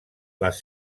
les